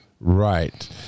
Right